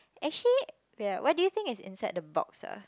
actually wait ah what do you think is inside the box ah